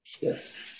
Yes